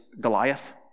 Goliath